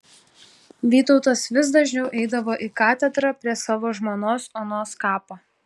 vytautas vis dažniau eidavo į katedrą prie savo žmonos onos kapo